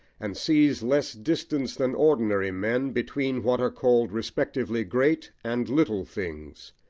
and sees less distance than ordinary men between what are called respectively great and little things.